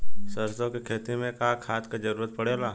सरसो के खेती में का खाद क जरूरत पड़ेला?